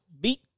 Beat